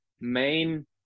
main